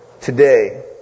today